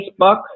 Facebook